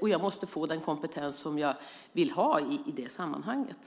Jag måste få den kompetensen som jag vill ha i det sammanhanget.